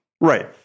Right